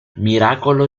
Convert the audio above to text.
miracolo